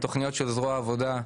התכניות של זרוע העבודה,